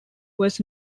was